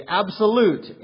absolute